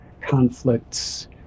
conflicts